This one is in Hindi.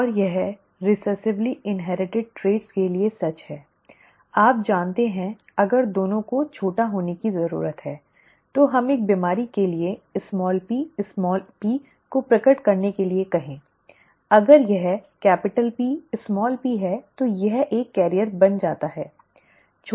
और यह रिसेसिवली इन्हेरिटिड ट्रैट के लिए सच है आप जानते हैं अगर दोनों को छोटा होने की जरूरत है तो हम एक बीमारी के लिए pp को प्रकट करने के लिए कहें अगर यह Pp है तो यह एक वाहक बन जाता है है ना